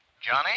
Johnny